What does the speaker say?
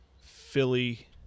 Philly